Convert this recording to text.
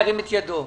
ירים את ידו.